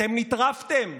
אתם נטרפתם.